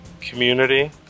community